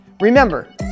Remember